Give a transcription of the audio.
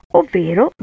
ovvero